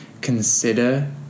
consider